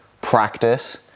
practice